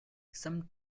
some